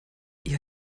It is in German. ihr